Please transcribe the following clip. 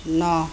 ন